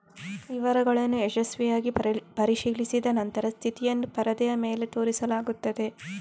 ವಿವರಗಳನ್ನು ಯಶಸ್ವಿಯಾಗಿ ಪರಿಶೀಲಿಸಿದ ನಂತರ ಸ್ಥಿತಿಯನ್ನು ಪರದೆಯ ಮೇಲೆ ತೋರಿಸಲಾಗುತ್ತದೆ